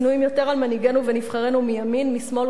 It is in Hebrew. השנואים יותר על מנהיגינו ונבחרינו מימין ומשמאל,